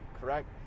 correct